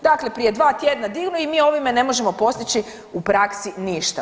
Dakle, prije dva tjedna dignu i mi ovime ne možemo postići u praksi ništa.